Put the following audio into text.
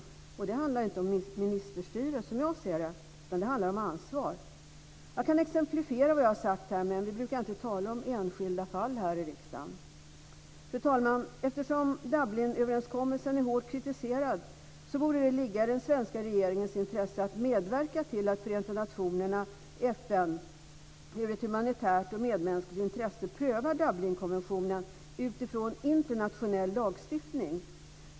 Som jag ser det handlar det inte om ministerstyre, utan det handlar om ansvar. Jag kan exemplifiera vad jag har sagt här, men vi brukar inte tala om enskilda fall här i riksdagen. Fru talman! Eftersom Dublinöverenskommelsen är hårt kritiserad borde det ligga i den svenska regeringens intresse att medverka till att Förenta nationerna, FN, ur ett humanitärt och medmänskligt intresse prövar Dublinkonventionen utifrån internationell lagstiftning.